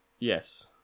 Yes